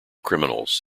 criminals